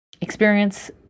experience